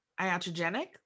iatrogenic